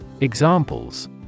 examples